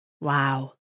Wow